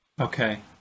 Okay